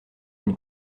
une